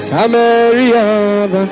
Samaria